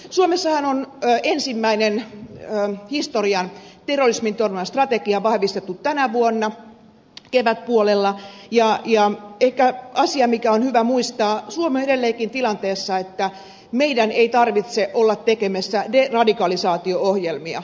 suomessahan on historian ensimmäinen terrorismin torjunnan strategia vahvistettu tänä vuonna kevätpuolella ja ehkä asia mikä on hyvä muistaa on se että suomi on edelleenkin tilanteessa että meidän ei tarvitse olla tekemässä deradikalisaatio ohjelmia